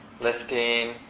lifting